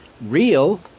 real